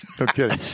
Okay